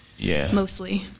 mostly